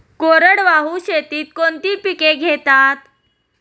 कोरडवाहू शेतीत कोणती पिके घेतात?